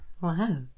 Wow